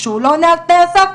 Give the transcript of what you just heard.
וכשהוא לא עונה על תנאי הסף,